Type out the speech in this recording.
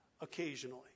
occasionally